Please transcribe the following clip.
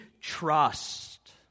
trust